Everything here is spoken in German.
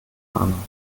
ahnung